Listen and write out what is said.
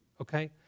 okay